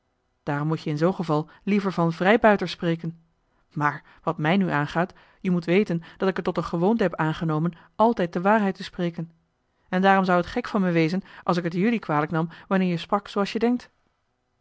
daarom moet-je in zoo'n geval liever van vrijbuiter spreken maar wat nu mij aangaat je moet weten dat ik het tot een gewoonte heb aangenomen altijd de waarheid te joh h been paddeltje de scheepsjongen van michiel de ruijter spreken en daarom zou t gek van me wezen als ik t jelui kwalijk nam wanneer je sprak zooals je denkt